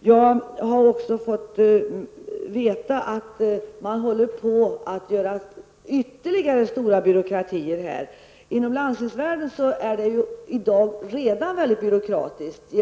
Jag har fått kännedom om att man håller på att bygga upp ytterligare stora byråkratier. Inom landstingsvärlden är det redan i dag mycket byråkratiskt.